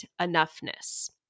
enoughness